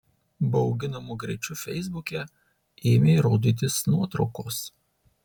bauginamu greičiu feisbuke ėmė rodytis nuotraukos